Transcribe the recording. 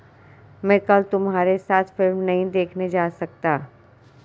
मैं कल तुम्हारे साथ फिल्म नहीं देखने जा सकता